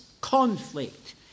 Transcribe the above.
conflict